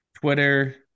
Twitter